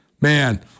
man